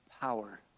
power